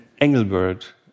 Engelbert